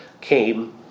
came